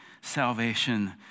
salvation